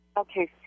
Okay